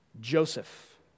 Joseph